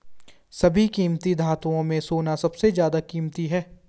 सभी कीमती धातुओं में सोना सबसे ज्यादा कीमती है